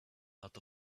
out